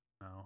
No